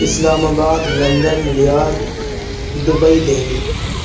اسلام آباد London Riyadh Dubai Delhi